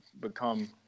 become